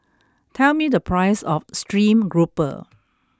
tell me the price of stream grouper